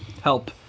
help